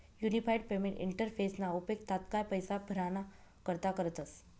unified payment इंटरफेसना उपेग तात्काय पैसा भराणा करता करतस